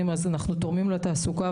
אז אנחנו תורמים לתעסוקה,